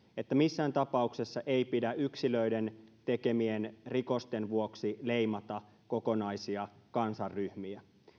että missään tapauksessa ei pidä yksilöiden tekemien rikosten vuoksi leimata kokonaisia kansanryhmiä